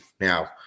now